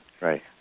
Right